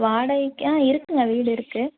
வாடகைக்காக இருக்குதுங்க வீடு இருக்குது